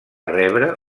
rebre